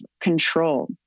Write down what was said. control